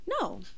No